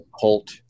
cult